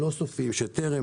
הלא סופיים, שטרם